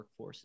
workforces